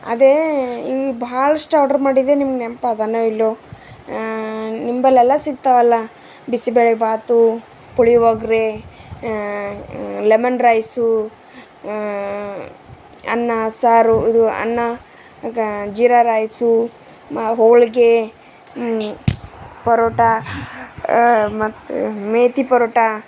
ಅದೇ ಈ ಭಾಳಷ್ಟು ಆರ್ಡ್ರ್ ಮಾಡಿದ್ದೆ ನಿಮ್ಗೆ ನೆನಪದನೊ ಇಲ್ಲೊ ನಿಂಬಲೆಲ್ಲ ಸಿಗ್ತಾವಲ್ಲ ಬಿಸಿಬೇಳೆಭಾತು ಪುಳಿಯೋಗ್ರೇ ಲೆಮನ್ ರೈಸು ಅನ್ನ ಸಾರು ಇದು ಅನ್ನ ಜೀರಾ ರೈಸು ಮ ಹೋಳಿಗೆ ಪರೋಟ ಮತ್ತು ಮೇತಿ ಪರೋಟ